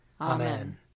Amen